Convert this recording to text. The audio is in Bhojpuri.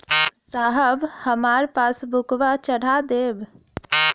साहब हमार पासबुकवा चढ़ा देब?